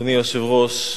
אדוני היושב-ראש,